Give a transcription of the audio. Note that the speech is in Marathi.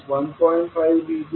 25V0 1